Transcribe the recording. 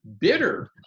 bitter